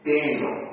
Daniel